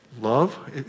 Love